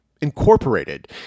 incorporated